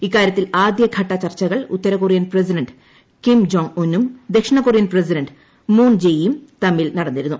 ഇക്കാര്യത്തിൽ ആദ്യഘട്ട ചർച്ചകൾ ഉത്തരകൊറിയൻ പ്രസിഡന്റ് കിം ജോങ്ങ് ഉന്നും ദക്ഷിണ കൊറിയൻ പ്രസിഡന്റ് മൂൺ ജെയിയും തമ്മിൽ നടന്നിരുന്നു